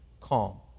calm